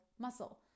muscle